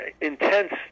intense